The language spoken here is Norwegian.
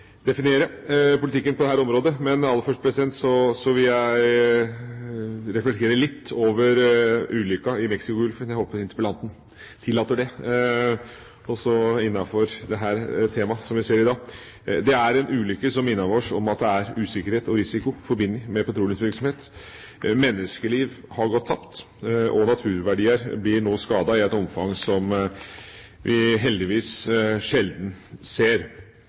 området. Men aller først vil jeg reflektere litt over ulykken i Mexicogolfen – jeg håper interpellanten tillater det – også innenfor dette temaet. Det er en ulykke som minner oss om at det er usikkerhet og risiko forbundet med petroleumsvirksomhet. Menneskeliv har gått tapt, og naturverdier blir nå skadet i et omfang som vi heldigvis sjelden ser.